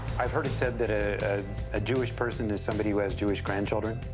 i've heard it said that a ah jewish person is somebody who has jewish grandchildren.